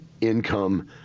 income